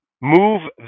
move